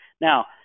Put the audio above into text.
Now